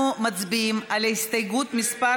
אנחנו מצביעים על הסתייגות מס'